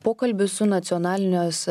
pokalbis su nacionalinės